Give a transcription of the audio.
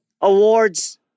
awards